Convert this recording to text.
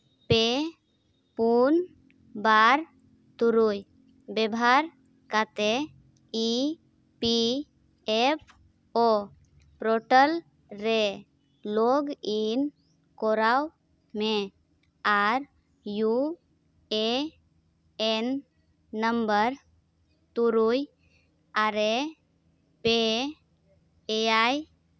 ᱯᱮ ᱯᱩᱱ ᱵᱟᱨ ᱛᱩᱨᱩᱭ ᱵᱮᱵᱷᱟᱨ ᱠᱟᱛᱮ E P F O portal ᱨᱮ ᱞᱚᱜᱽ ᱤᱱ ᱠᱚᱨᱟᱣ ᱢᱮ ᱟᱨ ᱤᱭᱩ ᱮᱹ ᱮᱹᱱ ᱱᱟᱢᱵᱟᱨ ᱛᱩᱨᱩᱭ ᱟᱨᱮ ᱯᱮ ᱮᱭᱟᱭ